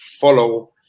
follow